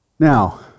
Now